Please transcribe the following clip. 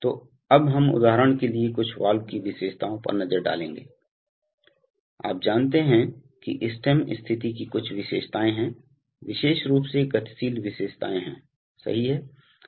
तो अब हम उदाहरण के लिए कुछ वाल्व की विशेषताओं पर नज़र डालेंगे आप जानते हैं कि स्टेम स्थिति की कुछ विशेषताएं हैं विशेष रूप से गतिशील विशेषताएं है सही है